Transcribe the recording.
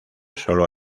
sólo